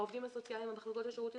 העובדים הסוציאליים במחלקות לשירותים